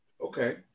Okay